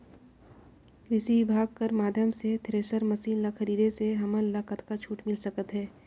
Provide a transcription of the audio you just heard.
कृषि विभाग कर माध्यम से थरेसर मशीन ला खरीदे से हमन ला कतका छूट मिल सकत हे?